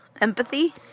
empathy